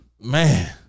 Man